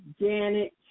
Janet